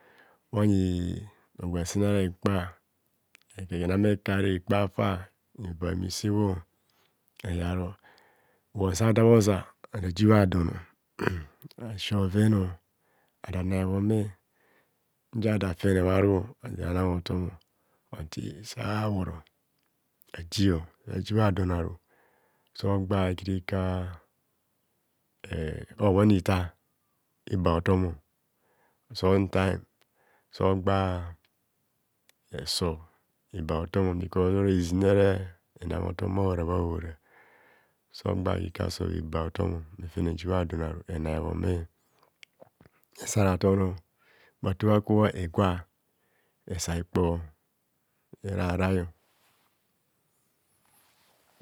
Bhonyi rogwa sen ara hekpa enam bhekare ekpe hafa bheva mme sebho eyar bhuwon sa da bho zab ada jibha don si bhoveno adana hebhome nzia ada fene bhoary ajia ara nang hotomo mma tii sabhoro ajio aji bhadon ara gogba ikirika eem obhoni tar eba hotomo some tym sogbaaa eh sub eva hotom bkos ora hezinne ere ena hotom bhahora bhahora sogba ikirika sub eba hotomo efene eji bha donnaru ena hebhome esa ratono bhato bhakubho egwa esa hikpor eraraio